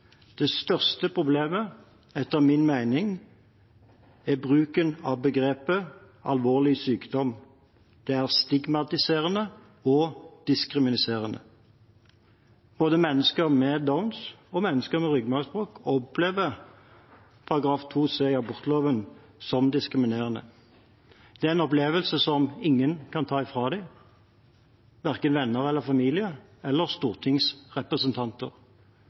«Det største problemet er etter min mening bruken av begrepet «alvorlig syk». Det er stigmatiserende og diskriminerende.» Både mennesker med Downs syndrom og mennesker med ryggmargsbrokk opplever § 2 c i abortloven som diskriminerende. Det er en opplevelse som ingen kan ta fra dem, verken venner eller familie – eller stortingsrepresentanter.